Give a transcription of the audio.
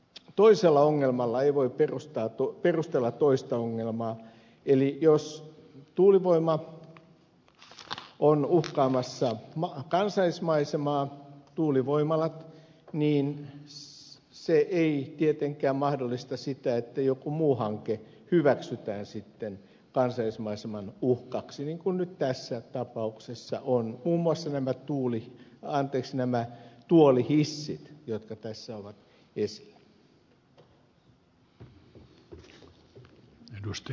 toisella ongelmalla ei voi perustella toista ongelmaa eli jos tuulivoimalat ovat uhkaamassa kansallismaisemaa niin se ei tietenkään mahdollista sitä että joku muu hanke hyväksytään sitten kansallismaiseman uhkaksi niin kuin nyt tässä tapauksessa ovat muun muassa nämä tuolihissit jotka tässä ovat esillä